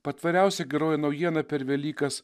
patvariausia geroji naujiena per velykas